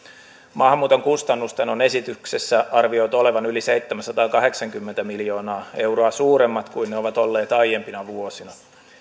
maahanmuuton kustannusten on esityksessä arvioitu olevan yli seitsemänsataakahdeksankymmentä miljoonaa euroa suuremmat kuin ne ovat olleet aiempina vuosina